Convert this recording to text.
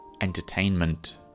entertainment